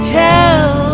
tell